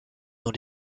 dans